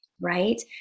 right